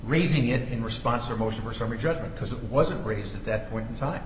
raising it in response or motion or summary judgment because it wasn't raised at that point in time